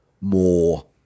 more